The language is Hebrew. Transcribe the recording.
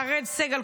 אראל סג"ל,